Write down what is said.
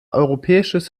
europäisches